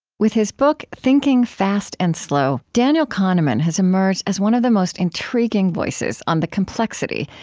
with his book thinking, fast and slow, daniel kahneman has emerged as one of the most intriguing voices on the complexity,